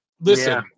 listen